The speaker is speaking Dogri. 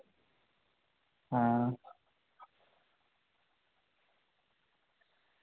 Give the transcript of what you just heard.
आं